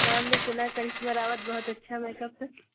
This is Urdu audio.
ہاں ہم نے سنا کرشمہ راوت بہت اچھا میک اپ ہے